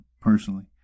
Personally